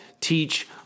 teach